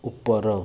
ଉପର